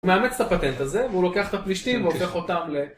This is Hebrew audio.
הוא מאמץ את הפטנט הזה, והוא לוקח את הפלישתים, והוא לוקח אותם ל...